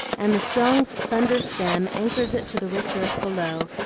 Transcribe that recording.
and the strong slender stem anchors it to the rich earth below,